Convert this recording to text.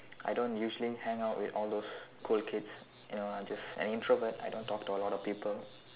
I don't usually hang out with all those cool kids you know I'm just I introvert I don't talk to a lot of people